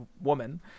woman